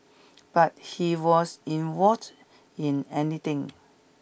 but he was involved in anything